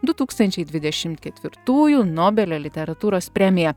du tūkstančiai dvidešimt ketvirtųjų nobelio literatūros premija